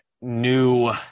new